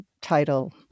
title